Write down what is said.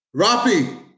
Rafi